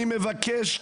אני מבקש,